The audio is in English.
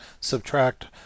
subtract